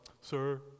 sir